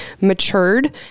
matured